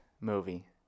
movie